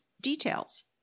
details